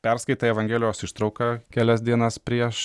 perskaitai evangelijos ištrauką kelias dienas prieš